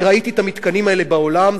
אני ראיתי את המתקנים האלה בעולם,